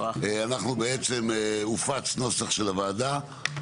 בעצם הופץ נוסח של הוועדה,